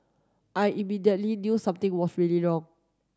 I immediately knew something was really wrong